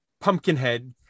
Pumpkinhead